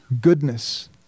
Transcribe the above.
Goodness